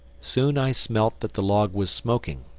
soon i smelt that the log was smoking.